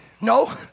No